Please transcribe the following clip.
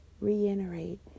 reiterate